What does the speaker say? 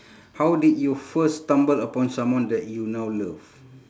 how did you first stumble upon someone that you now love